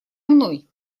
мной